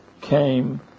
came